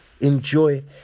enjoy